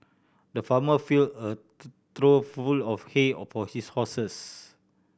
the farmer filled a trough full of hay for his horses